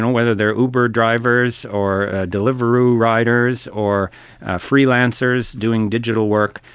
whether they are uber drivers or deliveroo riders or freelancers doing digital work,